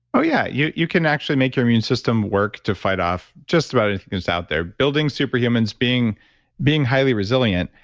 oh, yeah. you you can actually make your immune system work to fight off just about anything that's out there, building superhumans, being being highly resilient.